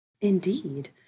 Indeed